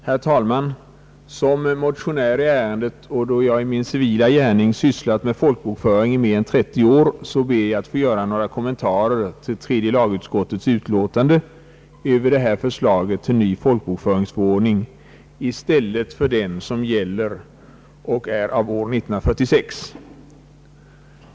Herr talman! Som motionär i ärendet och då jag i min civila gärning sysslat med folkbokföring i mer än 30 år ber jag att få göra några kommentarer till tredje lagutskottets utlåtande över förslaget till ny folkbokföringsordning i stället för den som nu gäller och är av år 1946.